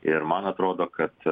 ir man atrodo kad